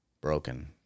broken